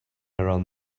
around